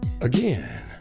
Again